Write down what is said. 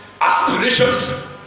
aspirations